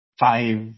five